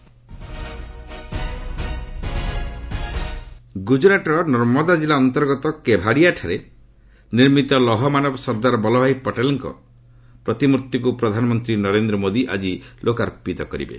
PM statue ଗୁଜୁରାଟର ନର୍ମଦା କିଲ୍ଲା ଅନ୍ତର୍ଗତ କେଭାଡ଼ିୟାଠାରେ ନିର୍ମିତ ଲୌହମାନବ ସର୍ଦ୍ଦାର ବଲ୍ଲଭ ଭାଇ ପଟେଲଙ୍କ ପ୍ରତିମୂର୍ତ୍ତିକୁ ପ୍ରଧାନମନ୍ତ୍ରୀ ନରେନ୍ଦ୍ର ମୋଦି ଆଜି ଲୋକାର୍ପିତ କରିବେ